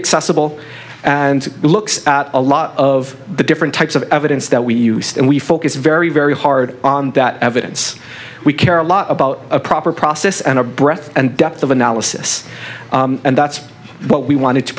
accessible and looks at a lot of the different types of evidence that we use and we focus very very hard on that evidence we care a lot about a proper process and a breath and depth of analysis and that's what we want